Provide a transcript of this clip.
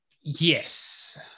Yes